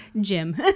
Jim